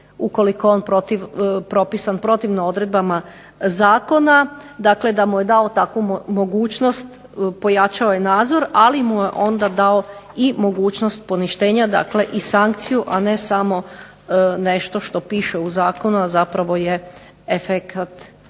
ukoliko je propisan protivno odredbama zakona. Dakle, da mu je dao takvu mogućnost, pojačao je nadzor, ali mu je onda dao i mogućnost poništenja, dakle i sankciju, a ne samo nešto što piše u zakonu, a zapravo je efekat